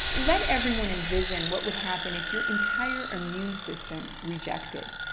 let everyone envision what would happen if your entire immune system rejected,